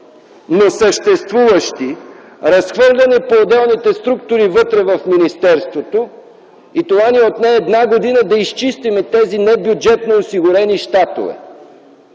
но съществуващи, разхвърляни по отделните структури вътре в министерството. Отне ни една година да изчистим тези небюджетно осигурени щатове.